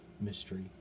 mystery